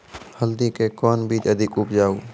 हल्दी के कौन बीज अधिक उपजाऊ?